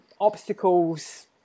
obstacles